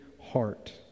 heart